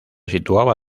situaba